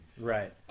Right